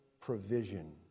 provision